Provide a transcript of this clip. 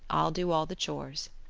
i'll do all the chores.